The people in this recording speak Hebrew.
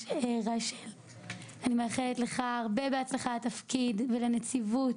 אני מאחלת לך הרבה הצלחה בתפקיד, ולנציבות,